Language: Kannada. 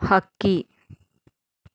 ಹಕ್ಕಿ